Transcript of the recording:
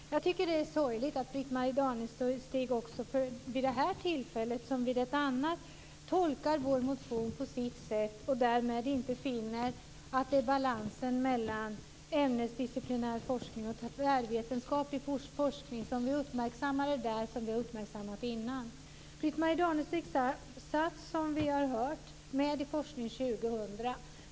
Fru talman! Jag tycker att det är sorgligt att Britt Marie Danestig också vid det här tillfället tolkar vår motion på sitt sätt och därmed inte finner att det är balansen mellan ämnesdisciplinär och tvärvetenskaplig forskning som vi uppmärksammar där, liksom vi har gjort förut. Britt-Marie Danestig satt, som vi har hört, med i Forskning 2000.